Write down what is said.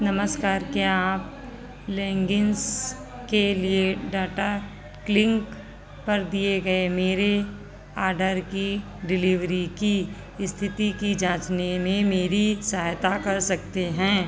नमस्कार क्या आप लेंगिंस के लिए डाटा क्लिंक पर दिए गए मेरे आडर की डिलीवरी की स्थिति की जाँचने में मेरी सहायता कर सकते हैं